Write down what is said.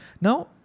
Now